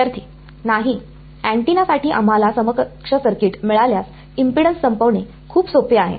विद्यार्थी नाही अँटीना साठी आम्हाला समकक्ष सर्किट मिळाल्यास इम्पेडन्स संपवणे खूप सोपे आहे